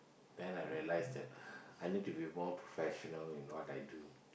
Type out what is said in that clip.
then I realise that I need to be more professional in what I do